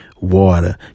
water